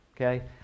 Okay